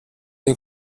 den